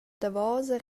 davosa